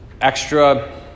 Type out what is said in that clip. extra